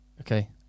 Okay